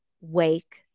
wake